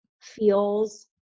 feels